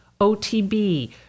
OTB